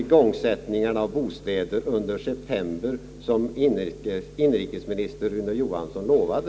Blev det 15 000 å 17 0090 som inrikesminister Rune Johansson lovade?